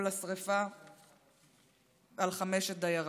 ובנס לא נשרף הבית על חמשת דייריו.